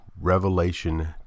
Revelation